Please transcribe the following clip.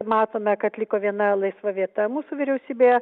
matome kad liko viena laisva vieta mūsų vyriausybėje